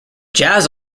jazz